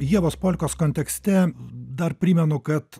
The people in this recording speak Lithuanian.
ievos polkos kontekste dar primenu kad